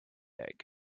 egg